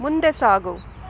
ಮುಂದೆ ಸಾಗು